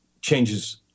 changes